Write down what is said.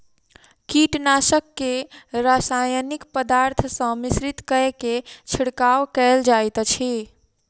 कीटनाशक के रासायनिक पदार्थ सॅ मिश्रित कय के छिड़काव कयल जाइत अछि